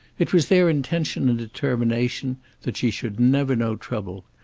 it was their intention and determination that she should never know trouble.